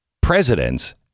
presidents